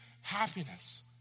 happiness